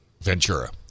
Ventura